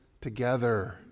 Together